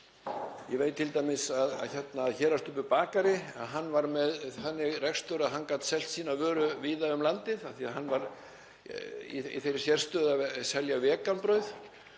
Ég veit t.d. að Hérastubbur bakari var með þannig rekstur að hann gat selt sína vöru víða um landið af því að hann var í þeirri sérstöðu að selja vegan brauð.